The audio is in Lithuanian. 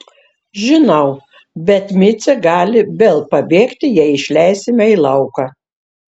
žinau bet micė gali vėl pabėgti jei išleisime į lauką